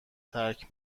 ترک